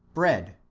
bread,